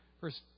First